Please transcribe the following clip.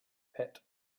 pit